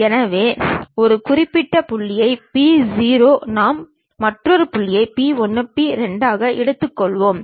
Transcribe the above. எனவே ஒரு குறிப்பு புள்ளியாக P 0 நாம் மற்றொரு புள்ளியை P 1 P 2 ஆக எடுத்துக்கொள்வோம்